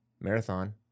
Marathon